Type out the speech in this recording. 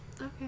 okay